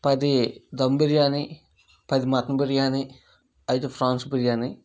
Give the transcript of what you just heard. పది దమ్ బిర్యానీ పది మటన్ బిర్యానీ అయిదు ప్రాన్స్ బిర్యానీ